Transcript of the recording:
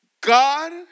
God